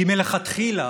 כי מלכתחילה